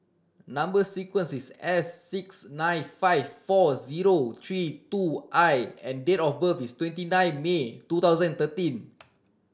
number sequence is S six nine five four zero three two I and date of birth is twenty nine May two thousand thirteen